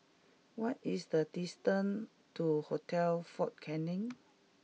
what is the distance to Hotel Fort Canning